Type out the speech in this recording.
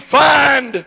find